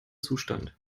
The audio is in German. zustand